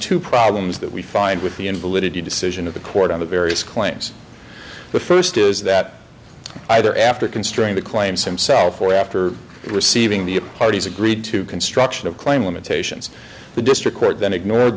two problems that we find with the invalidity decision of the court on the various claims but first is that either after constrain the claims himself or after receiving the a parties agreed to construction of claim limitations the district court then ignored